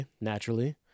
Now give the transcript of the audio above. naturally